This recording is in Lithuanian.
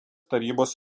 tarybos